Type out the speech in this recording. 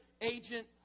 agent